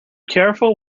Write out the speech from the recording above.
careful